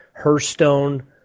Hearthstone